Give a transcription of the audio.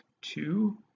two